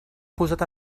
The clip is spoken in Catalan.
posat